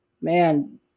Man